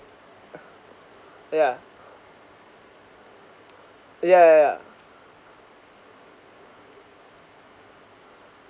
yeah yeah yeah yeah